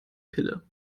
pille